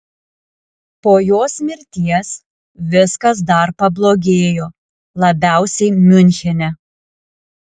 po jos mirties viskas dar pablogėjo labiausiai miunchene